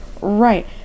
Right